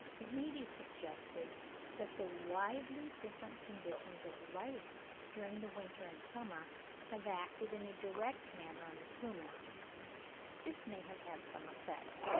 it may be suggested that the widely different conditions of life during the winter and summer have acted in a direct manner on the plumage this may have had some effect,